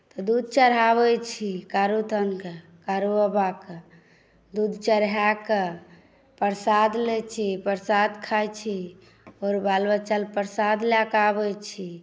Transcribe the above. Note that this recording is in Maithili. तऽ दूध चढ़ाबय छी कारूस्थानकेँ कारूबाबाकेँ दूध चढ़ाए कऽ प्रसाद लैत छी प्रसाद खाइत छी आओर बाल बच्चा लेल प्रसाद लए कऽ आबैत छी